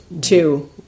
two